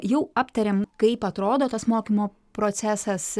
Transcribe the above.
jau aptarėm kaip atrodo tas mokymo procesas